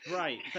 right